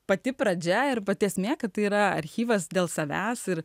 pati pradžia ir pati esmė kad tai yra archyvas dėl savęs ir